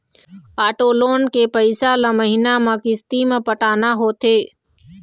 auto loan के पइसा ल महिना म किस्ती म पटाना होथे